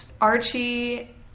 Archie